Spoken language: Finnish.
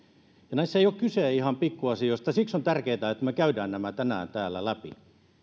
ja näissä ei ole kyse ihan pikkuasioista siksi on tärkeätä että me käymme nämä tänään täällä läpi